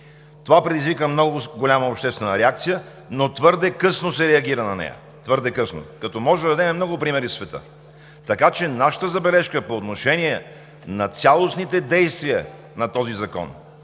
Това предизвика много голяма обществена реакция, но твърде късно се реагира на нея. Твърде късно! Можем да дадем много примери в света. Нашата забележка по отношение на цялостните действия на този закон